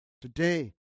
Today